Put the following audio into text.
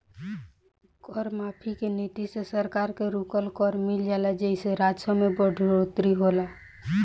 कर माफी के नीति से सरकार के रुकल कर मिल जाला जेइसे राजस्व में बढ़ोतरी होला